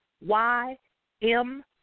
Y-M